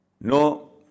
no